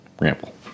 ramble